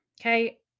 okay